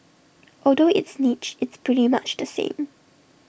although it's niche it's pretty much the same